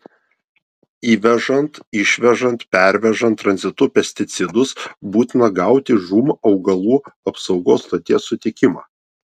įvežant išvežant pervežant tranzitu pesticidus būtina gauti žūm augalų apsaugos stoties sutikimą